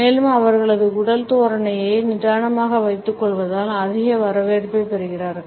மேலும் அவர்களது உடல் தோரணையை நிதானமாக வைத்துக் கொள்வதால் அதிக வரவேற்பைப் பெறுகிறார்கள்